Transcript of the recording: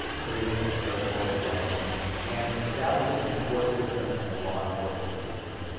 creating a territorial government and establishing a court system and a law enforcement system.